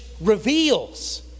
reveals